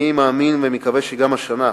אני מאמין ומקווה שגם השנה,